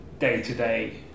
day-to-day